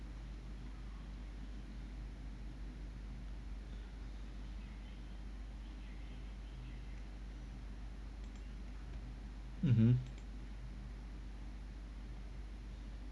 mmhmm